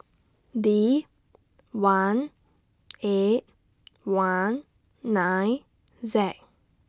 D one eight one nine Z